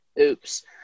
oops